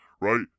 right